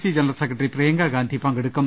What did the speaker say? C general secretary Priyanka Gandhi പങ്കെടുക്കും